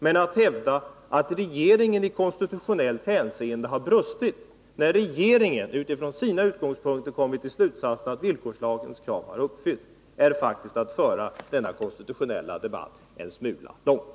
Men att hävda att regeringens handläggning i konstitutionellt hänseende varit bristfällig, när regeringen utifrån sina utgångspunkter kommit till slutsatsen att villkorslagens krav har uppfyllts, är faktiskt att föra denna konstitutionella debatt rätt långt.